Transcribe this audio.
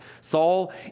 Saul